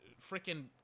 freaking